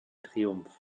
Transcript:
triumph